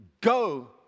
Go